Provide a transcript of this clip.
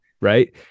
right